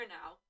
now